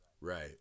Right